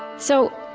so,